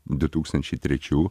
du tūkstančiai trečių